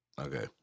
Okay